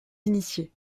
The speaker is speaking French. initiés